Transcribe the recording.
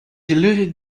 diluted